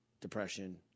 depression